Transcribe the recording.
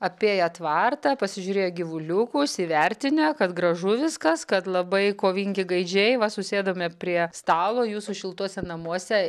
apėję tvartą pasižiūrėję gyvuliukus įvertinę kad gražu viskas kad labai kovingi gaidžiai va susėdome prie stalo jūsų šiltuose namuose